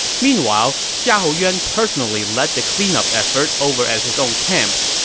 meanwhile, xiahou yuan personally led the clean-up effort over at his own camp.